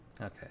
Okay